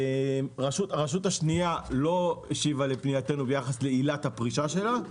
הרשות השנייה לא השיבה לפנייתנו ביחס לעילת הפרישה שלה,